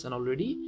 already